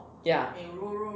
ya